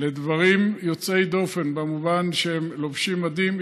לדברים יוצאי דופן במובן שהם לובשים מדים,